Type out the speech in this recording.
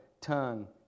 tongue